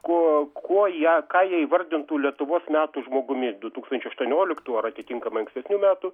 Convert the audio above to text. ko kuo ją ką jie įvardintų lietuvos metų žmogumi du tūkstančiai aštuonioliktų ar atitinkamai ankstesnių metų